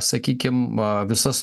sakykim visas